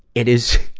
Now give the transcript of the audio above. it is,